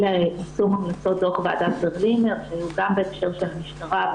ליישום המלצות דו"ח ועדת ברלינר גם בהקשר של המשטרה,